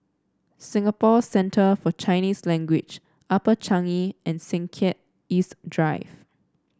Singapore Centre For Chinese Language Upper Changi and Sengkang East Drive